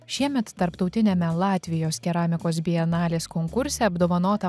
šiemet tarptautiniame latvijos keramikos bienalės konkurse apdovanota